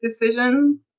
decisions